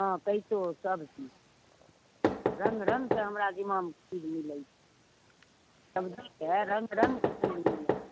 हँ पैसो सबचीज रङ्ग रङ्गके हमरा जिमामे सबचीज मिलैत छै सबजीके रङ्ग रङ्गके चीज मिलै